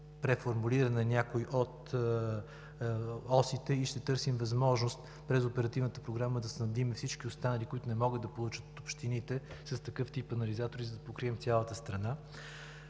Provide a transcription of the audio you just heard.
преформулиране на някои от осите и ще търсим възможност през Оперативната програма да снабдим всички останали, които не могат да получат от общините, с такъв тип анализатори, за да покрием цялата страна.